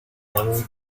ziemi